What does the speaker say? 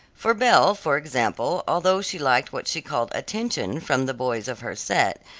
for belle, for example, although she liked what she called attention from the boys of her set,